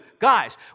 Guys